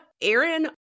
Aaron